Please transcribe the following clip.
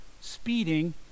speeding